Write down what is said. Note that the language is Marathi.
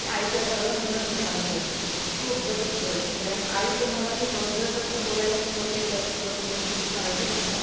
ती आईच्या गर्भातूनच तुम्हाला कळते ती उपजतच कळते कारण आई तुम्हाला शिकव जस जसं बोलायला शिकवते तस तसं तुम्ही ती श मराठी भाषा